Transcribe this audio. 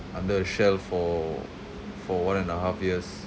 under a shell for for one and a half years